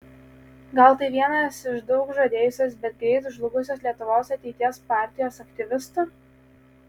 gal tai vienas iš daug žadėjusios bet greit žlugusios lietuvos ateities partijos aktyvistų